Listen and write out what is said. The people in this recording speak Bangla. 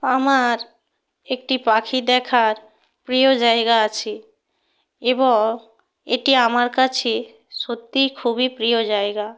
আমার একটি পাখি দেখার প্রিয় জায়গা আছে এব এটি আমার কাছে সত্যি খুবই প্রিয় জায়গা